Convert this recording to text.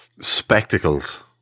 spectacles